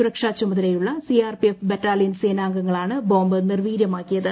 സുരക്ഷാ ചുമതലയുള്ള CRPF battalion സേനാംഗങ്ങളാണ് ബോംബ് നിർവീര്യമാക്കിയത്